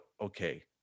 okay